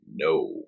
no